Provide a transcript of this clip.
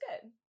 good